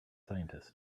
scientist